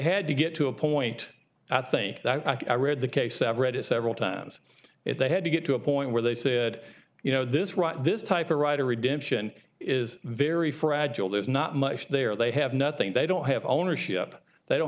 had to get to a point i think that i read the case of read it several times if they had to get to a point where they said you know this right this type a right to redemption is very fragile there's not much there they have nothing they don't have ownership they don't